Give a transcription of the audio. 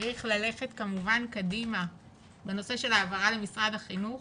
צריך ללכת כמובן קדימה בעניין של העברה למשרד החינוך,